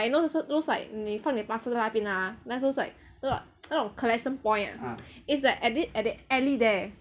like you know those like those like 你放你 parcel 在那边 ah those like 那种 collection point ah is at this at this alley there